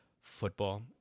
football